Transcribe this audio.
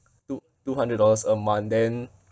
two two hundred dollars a month then